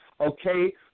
okay